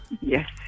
Yes